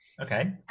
Okay